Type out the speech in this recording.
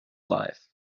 life